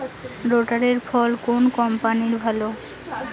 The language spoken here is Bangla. রোটারের ফল কোন কম্পানির ভালো?